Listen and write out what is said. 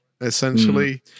essentially